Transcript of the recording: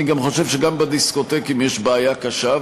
אני חושב שגם בדיסקוטקים יש בעיה קשה,